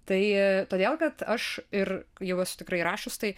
tai todėl kad aš ir jau esu tikrai rašius tai